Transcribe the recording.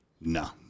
no